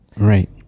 Right